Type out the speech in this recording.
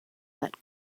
that